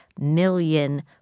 million